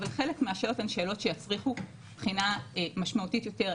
אבל חלק מהשאלות הן שאלות שיצריכו בחינה משמעותית יותר.